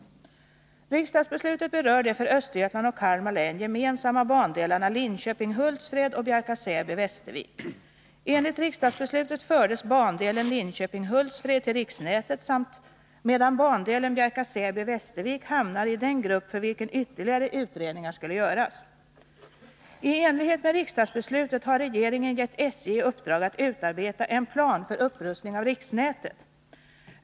Riksdagsbeslutet berör de för Östergötlands och Kalmar län gemensamma bandelarna Linköping-Hultsfred och Bjärka-Säby-Västervik. Enligt riksdagsbeslutet fördes bandelen Linköping-Hultsfred till riksnätet, medan bandelen Bjärka-Säby-Västervik hamnade i den grupp för vilken ytterligare utredningar skulle göras. I enlighet med riksdagsbeslutet har regeringen gett SJ i uppdrag att utarbeta en plan för upprustning av riksnätet.